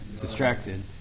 distracted